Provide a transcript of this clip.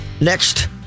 next